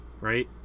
right